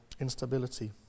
instability